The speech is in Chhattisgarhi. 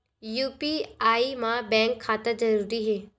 यू.पी.आई मा बैंक खाता जरूरी हे?